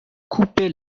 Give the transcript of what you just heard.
couper